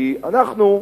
אנחנו,